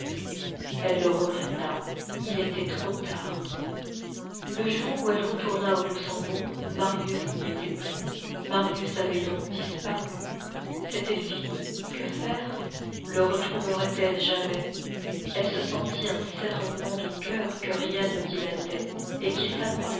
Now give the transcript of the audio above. elle le regretta il était trop tard le jour où elle retourna au luxembourg marius n'y était plus marius avait donc disparu c'était fini que faire le retrouverait elle jamais elle se sentit un serrement de coeur que rien ne dilatait et qui